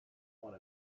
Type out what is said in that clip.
one